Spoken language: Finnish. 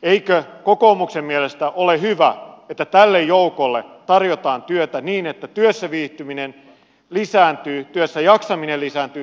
eikö kokoomuksen mielestä ole hyvä että tälle joukolle tarjotaan työtä niin että työssä viihtyminen lisääntyy työssä jaksaminen lisääntyy työtehokkuus lisääntyy